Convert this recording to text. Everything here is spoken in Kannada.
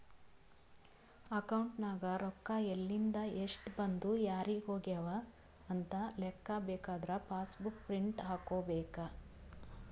ಅಕೌಂಟ್ ನಾಗ್ ರೊಕ್ಕಾ ಎಲಿಂದ್, ಎಸ್ಟ್ ಬಂದು ಯಾರಿಗ್ ಹೋಗ್ಯವ ಅಂತ್ ಲೆಕ್ಕಾ ಬೇಕಾದುರ ಪಾಸ್ ಬುಕ್ ಪ್ರಿಂಟ್ ಹಾಕೋಬೇಕ್